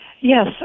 Yes